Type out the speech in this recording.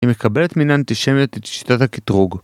היא מקבלת מיני אנטישמיות, את שיטת הקטרוג.